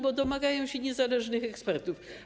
Bo domagają się niezależnych ekspertów.